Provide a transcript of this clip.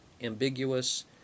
ambiguous